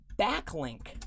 backlink